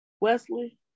Wesley